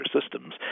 systems